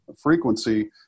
frequency